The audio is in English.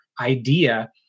idea